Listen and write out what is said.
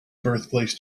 birthplace